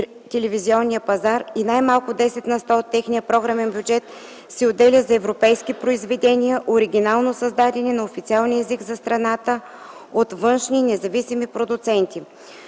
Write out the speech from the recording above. телевизионният пазар, и най-малко 10 на сто от техния програмен бюджет се отделя за европейски произведения, оригинално създадени на официалния език за страната от (външни) независими продуценти.